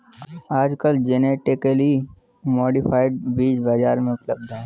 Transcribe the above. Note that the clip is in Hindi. आजकल जेनेटिकली मॉडिफाइड बीज बाजार में उपलब्ध है